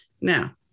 Now